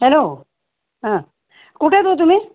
hello हां कुठे आहेत ओ तुम्ही